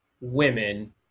women